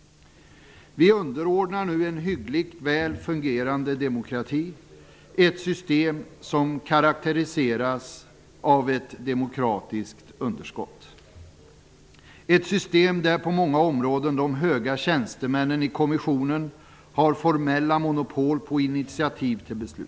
Vi underordnar nu en hyggligt väl fungerande demokrati ett system som karakteriseras av ett demokratiskt underskott. Det är ett system där på många områden de höga tjänstemännen i kommissionen har formella monopol, på initiativ till beslut.